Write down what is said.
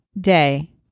day